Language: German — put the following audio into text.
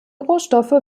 rohstoffe